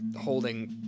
holding